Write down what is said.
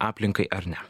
aplinkai ar ne